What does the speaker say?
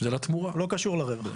לא קשור לרווח.